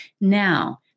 Now